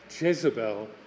Jezebel